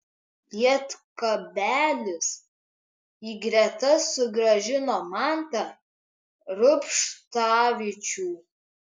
lietkabelis į gretas sugrąžino mantą rubštavičių